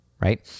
right